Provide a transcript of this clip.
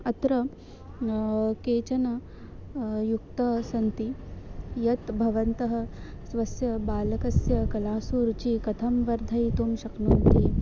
अत्र केचन युक्ताः सन्ति यत् भवन्तः स्वस्य बालकस्य कलासु रुचिं कथं वर्धयितुं शक्नोति